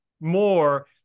more